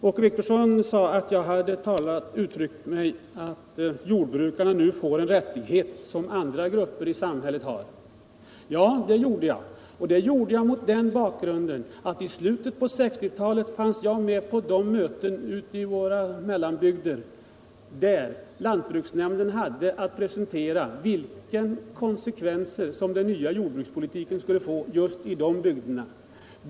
Åke Wictorsson sade att jag hade uttryckt mig så att jordbrukarna nu får en rättighet som andra grupper i samhället redan har. Ja, det gjorde jag. Och det gjorde jag mot den bakgrunden, att jag i slutet på 1960-talet var med på de möten ute i våra mellanbygder där lantbruksnämnderna hade att precisera vilka konsekvenser den nya jordbrukspolitiken skulle få just i de bygderna.